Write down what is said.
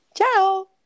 Ciao